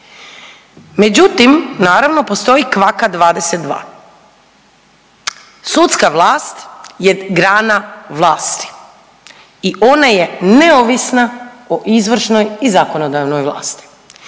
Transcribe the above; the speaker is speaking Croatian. Međutim, naravno postoji kvaka 22. Sudska vlast je grana vlasti i ona je neovisna o izvršnoj i zakonodavnoj vlasti.